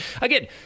again